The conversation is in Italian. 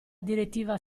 direttiva